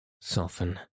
soften